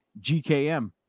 GKM